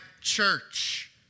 church